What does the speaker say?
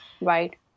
right